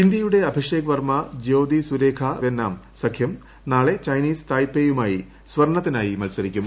ഇന്ത്യയുടെ അഭിഷേക് വർമ ജ്യോതി സുരേഖ വെന്നാം സഖ്യം നാളെ ചൈനീസ് തായ്പേയിയുമായി സ്വർണ്ണത്തിനായി മൽസരിക്കും